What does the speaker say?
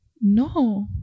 No